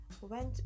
went